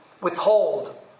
withhold